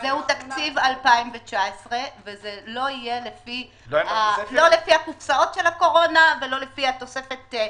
וזהו תקציב 2019. זה לא יהיה לפי הקופסאות של הקורונה ולא לפי התוספת.